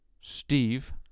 Steve